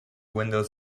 windows